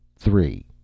Three